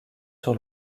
sur